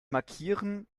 markieren